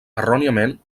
erròniament